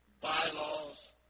bylaws